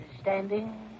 Standing